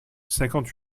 cinquante